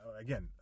again